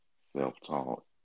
self-taught